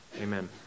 Amen